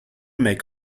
make